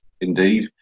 indeed